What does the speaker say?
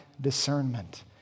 discernment